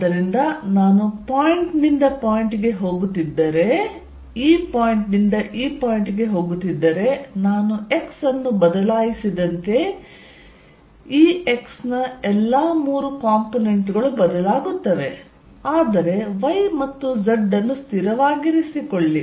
ಆದ್ದರಿಂದ ನಾನು ಪಾಯಿಂಟ್ ನಿಂದ ಪಾಯಿಂಟ್'ಗೆ ಹೋಗುತ್ತಿದ್ದರೆ ಈ ಪಾಯಿಂಟ್ ನಿಂದ ಈ ಪಾಯಿಂಟ್ ಗೆ ಹೋಗುತ್ತಿದ್ದರೆ ನಾನು x ಅನ್ನು ಬದಲಾಯಿಸಿದಂತೆ Ex ನ ಎಲ್ಲಾ ಮೂರು ಕಾಂಪೊನೆಂಟ್ ಗಳು ಬದಲಾಗುತ್ತವೆ ಆದರೆ y ಮತ್ತು z ಅನ್ನು ಸ್ಥಿರವಾಗಿರಿಸಿಕೊಳ್ಳಿ